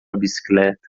bicicleta